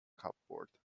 cupboard